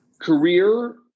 career